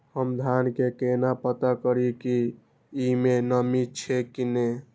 हम धान के केना पता करिए की ई में नमी छे की ने?